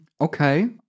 okay